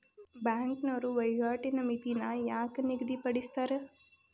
ಬ್ಯಾಂಕ್ನೋರ ವಹಿವಾಟಿನ್ ಮಿತಿನ ಯಾಕ್ ನಿಗದಿಪಡಿಸ್ತಾರ